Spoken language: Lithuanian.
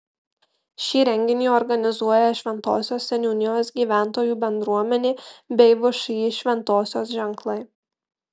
šį renginį organizuoja šventosios seniūnijos gyventojų bendruomenė bei všį šventosios ženklai